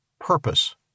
Purpose